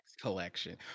collection